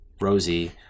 Rosie